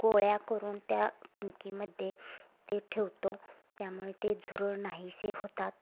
गोळ्या करून त्या कणकेमध्ये ते ठेवतो त्यामुळे ते झुरळ नाहीसे होतात